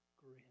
grin